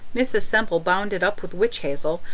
mrs. semple bound it up with witch-hazel,